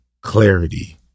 clarity